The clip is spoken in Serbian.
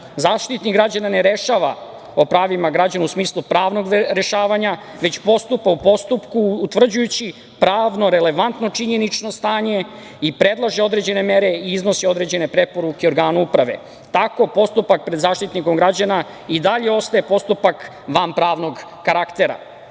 građana.Zaštitnik građana ne rešava o pravima građana u smislu pravnog rešavanja, već postupa u postupku utvrđujući pravno relevantno činjenično stanje i predlaže određene mere i iznosi određene preporuke organu uprave. Tako postupak pred Zaštitnikom građana i dalje ostaje postupak vanpravnog karaktera.Zaštitnik